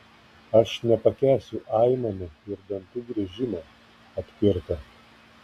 aš nepakęsiu aimanų ir dantų griežimo atkirto